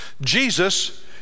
Jesus